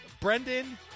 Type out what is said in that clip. Brendan